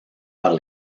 par